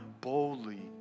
boldly